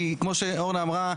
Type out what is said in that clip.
כי כמו שאורנה אמרה.